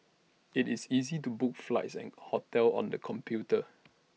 IT is easy to book flights and hotels on the computer